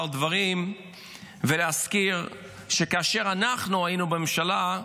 דברים ולהזכיר שכאשר אנחנו היינו בממשלה,